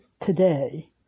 today